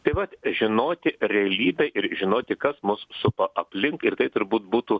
tai vat žinoti realybę ir žinoti kas mus supa aplink ir tai turbūt būtų